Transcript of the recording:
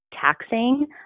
taxing